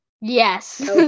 Yes